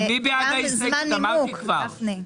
מי בעד קבלת ההסתייגות?